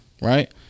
right